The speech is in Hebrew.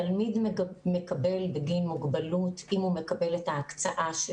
תלמיד מקבל בגין מוגבלות, אם הוא מקבל את ההקצאה,